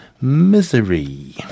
Misery